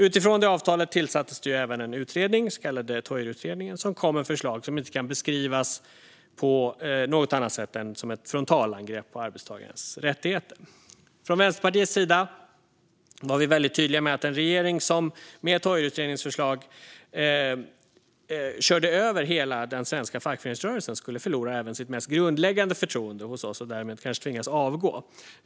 Utifrån det avtalet tillsattes det ju även en utredning, den så kallade Toijerutredningen, som kom med förslag som inte kan beskrivas som något annat än ett frontalangrepp på arbetstagarnas rättigheter. Från Vänsterpartiets sida var vi väldigt tydliga med att en regering som med Toijerutredningens förslag körde över hela den svenska fackföreningsrörelsen skulle förlora även sitt mest grundläggande förtroende hos oss och därmed kanske tvingas avgå.